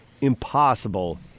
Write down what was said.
impossible